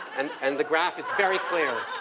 and and the graph is very clear.